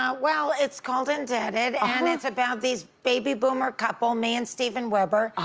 ah well, it's called indebted and it's about this baby boomer couple, me and steven webber,